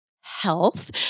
health